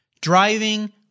driving